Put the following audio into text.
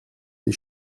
die